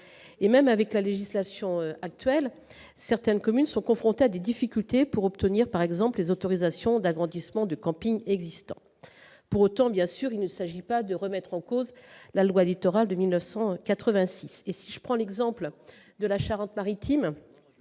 le cadre de la législation actuelle, certaines communes sont confrontées à des difficultés pour obtenir les autorisations d'agrandissement de campings existants. Pour autant, il ne s'agit pas de remettre en cause la loi Littoral de 1986. Je prendrai pour exemple la Charente-Maritime,